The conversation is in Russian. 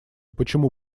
почему